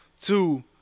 Two